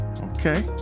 okay